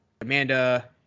Amanda